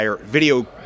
video